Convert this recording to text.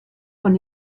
von